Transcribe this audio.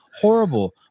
horrible